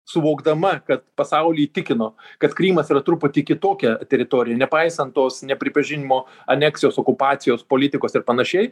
suvokdama kad pasaulį įtikino kad krymas yra truputį kitokia teritorija nepaisant tos nepripažinimo aneksijos okupacijos politikos ir panašiai